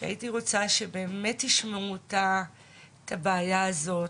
שהייתי רוצה שבאמת ישמעו את הבעיה הזאת,